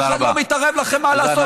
אף אחד לא אומר לכם מה לעשות.